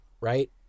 right